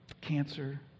cancer